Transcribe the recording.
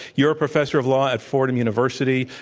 you're a professor of law at fordham university.